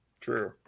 True